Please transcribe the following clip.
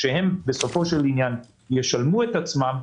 שהם בסופו של עניין ישלמו את עצמם,